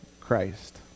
Christ